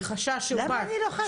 מחשש שהוא לא ירה --- למה אני לא יכולה